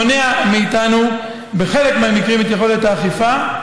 מונע מאיתנו בחלק מהמקרים את יכולת האכיפה.